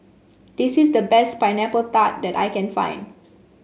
this is the best Pineapple Tart that I can find